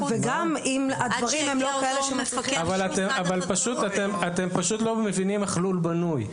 אתם פשוט לא מבינים איך לול בנוי.